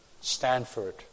Stanford